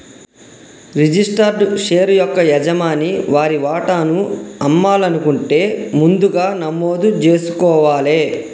registered share యొక్క యజమాని వారి వాటాను అమ్మాలనుకుంటే ముందుగా నమోదు జేసుకోవాలే